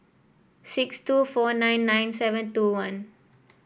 six two four nine nine seven two one